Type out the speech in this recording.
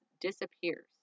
disappears